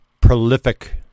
prolific